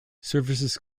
services